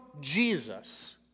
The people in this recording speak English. Jesus